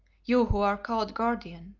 you who are called guardian